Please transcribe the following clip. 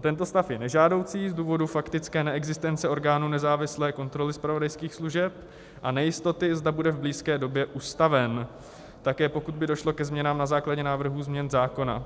Tento stav je nežádoucí z důvodu faktické neexistence orgánu nezávislé kontroly zpravodajských služeb a nejistoty, zda bude v blízké době ustaven, také pokud by došlo ke změnám na základě návrhů změn zákona,